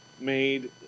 made